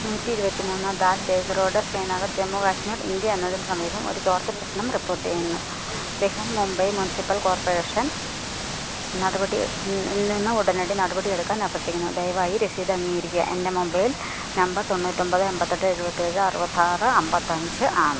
നൂറ്റി ഇരുപത്തി മൂന്ന് Dal lake road Srinagar Jammu Kashmir India എന്നതിന് സമീപം ഒരു ചോർച്ച പ്രശ്നം റിപ്പോർട്ട് ചെയ്യുന്നു ബിഹൻ മുംബൈ മുനിസിപ്പൽ കോർപ്പറേഷന് നടപടി നിന്ന് ഉടനടി നടപടിയെടുക്കാൻ അഭ്യർത്ഥിക്കുന്നു ദയവായി രസീത് അംഗീകരിക്കുക എൻ്റെ മൊബൈൽ നമ്പർ തൊണ്ണൂറ്റി ഒൻപത് എൺപത്തി എട്ട് എഴുപത്തി ഏഴ് അറുപത്തി ആറ് അൻപത്തി അഞ്ച് ആണ്